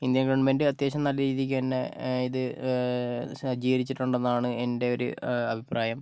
Indian government അത്യാവശ്യം നല്ല രീതിക്ക് തന്നെ ഇത് സജ്ജീകരിച്ചിട്ടുണ്ടെന്നാണ് എൻ്റെ ഒരു അഭിപ്രായം